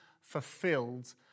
fulfilled